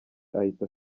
ahita